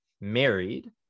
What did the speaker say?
married